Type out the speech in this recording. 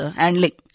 handling